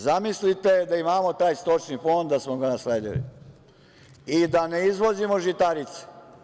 Zamislite da imamo taj stočni fond da smo ga nasledili i da ne izvozimo žitarice.